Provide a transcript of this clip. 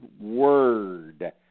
word